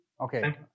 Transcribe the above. Okay